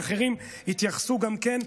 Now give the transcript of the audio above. ואחרים התייחסו גם כן,